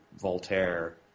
Voltaire